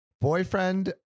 Boyfriend